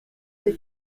ses